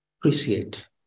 appreciate